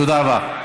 תודה רבה.